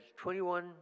21